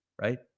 right